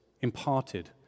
imparted